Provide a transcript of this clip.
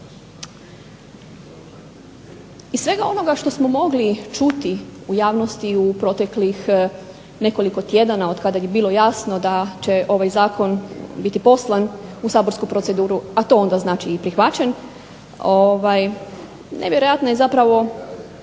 iz svega ovoga što smo mogli čuti u javnosti u proteklih nekoliko tjedana od kada je bilo jasno da će ovaj zakon biti poslan u saborsku proceduru, a to onda znači i prihvaćen, nevjerojatno je zapravo